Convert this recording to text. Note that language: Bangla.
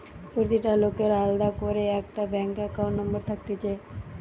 প্রতিটা লোকের আলদা করে একটা ব্যাঙ্ক একাউন্ট নম্বর থাকতিছে